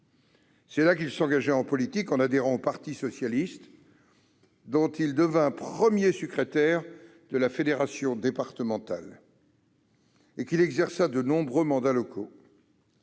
C'est là qu'il s'engagea en politique en adhérant au parti socialiste, dont il devint premier secrétaire de la fédération départementale, et qu'il exerça de nombreux mandats locaux.